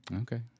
Okay